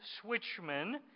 switchman